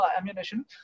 ammunition